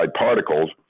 particles